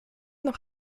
noch